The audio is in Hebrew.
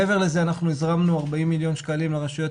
מעבר לזה אנחנו הזרמנו 40 מיליון שקלים לרשויות